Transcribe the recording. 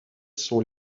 sont